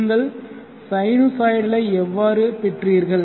நீங்கள் சைனூசாய்டலை எவ்வாறு பெற்றீர்கள்